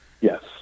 Yes